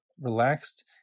relaxed